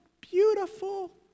beautiful